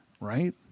Right